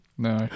No